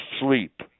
sleep